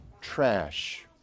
trash